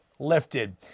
lifted